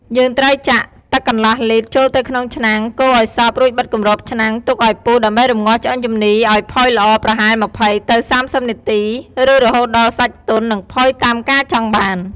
យើងត្រូវចាក់ ទឹកកន្លះលីត្រ ចូលទៅក្នុងឆ្នាំង កូរឱ្យសព្វ រួចបិទគម្របឆ្នាំង ទុកឱ្យពុះ ដើម្បីរំងាស់ឆ្អឹងជំនីរឱ្យផុយល្អ ប្រហែល ២០ ទៅ ៣០ នាទី ឬរហូតដល់សាច់ទន់ និងផុយតាមការចង់បាន។